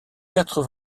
quatre